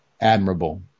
admirable